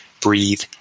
breathe